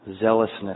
zealousness